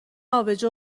آبجو